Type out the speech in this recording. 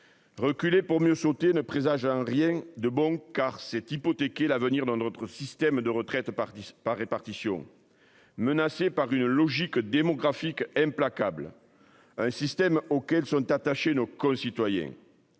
Reculer pour mieux sauter ne présage en rien de bon. Car c'est hypothéquer l'avenir dans notre système de retraite par 10 par répartition menacé par une logique démographique implacable. Un système auquel sont attachés nos concitoyens.